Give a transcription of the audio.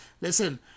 listen